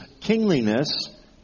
kingliness